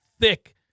thick